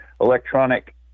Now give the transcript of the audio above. electronic